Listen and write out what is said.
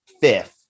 fifth